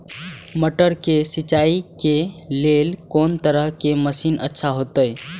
मटर के सिंचाई के लेल कोन तरह के मशीन अच्छा होते?